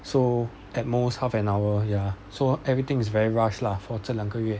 so at most half an hour ya so everything is very rush lah for 这两个月